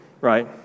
right